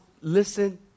listen